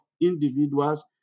individuals